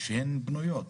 שהן בנויות,